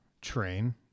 train